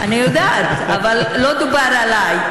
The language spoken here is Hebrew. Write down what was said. אני יודעת, אבל לא דובר עליי.